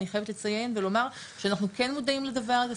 אני חייבת לציין ולומר שאנחנו כן מודעים לדבר הזה,